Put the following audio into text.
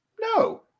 No